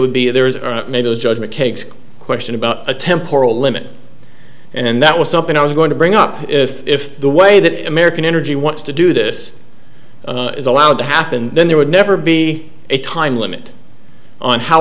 would be there is a made those judgment cakes question about a temporal limit and that was something i was going to bring up if if the way that american energy wants to do this is allowed to happen then there would never be a time limit on how